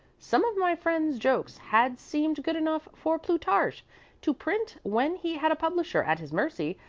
some of my friend's jokes had seemed good enough for plutarch to print when he had a publisher at his mercy,